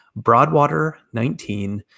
BROADWATER19